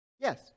Yes